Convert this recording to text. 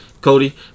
Cody